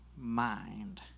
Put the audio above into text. mind